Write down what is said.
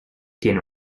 tiene